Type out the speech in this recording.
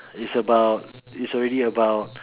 it's about it's already about